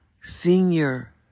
senior